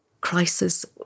crisis